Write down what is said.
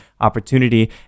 opportunity